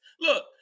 Look